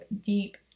deep